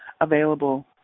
available